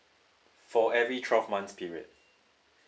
for every twelve months period